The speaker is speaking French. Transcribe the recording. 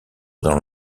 dans